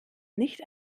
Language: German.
nicht